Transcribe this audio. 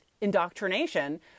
indoctrination